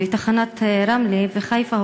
בתחנת רמלה ובתחנת חיפה,